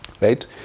Right